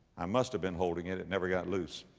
i must have been holding it, it never got loose.